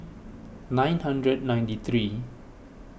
nine hundred ninety three